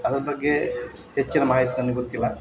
ಅದ್ರ ಬಗ್ಗೆ ಹೆಚ್ಚಿನ ಮಾಹಿತಿ ನನ್ಗೆ ಗೊತ್ತಿಲ್ಲ